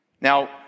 Now